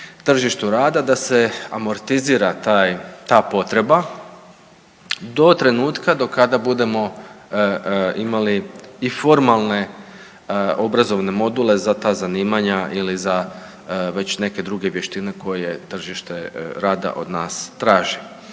tržištu rada da se amortizira ta potreba do trenutka do kada budemo imali i formalne obrazovne module za ta zanimanja ili za već neke druge vještine koje tržište rada od nas traži.